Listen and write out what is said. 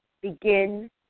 begin